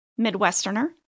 Midwesterner